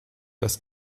das